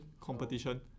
competition